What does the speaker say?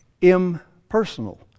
impersonal